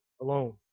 alone